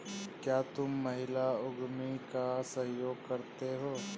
क्या तुम महिला उद्यमी का सहयोग करते हो?